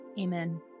Amen